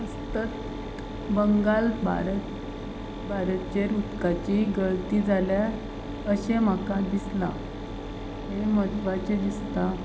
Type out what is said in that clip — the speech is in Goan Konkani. अस्तंत बंगाल भारत भारतचेर उदकाची गर्ती जाल्यार अशें म्हाका दिसलां हें म्हत्वाचें दिसता